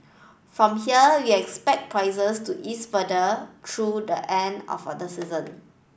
from here we expect prices to ease further through the end of other season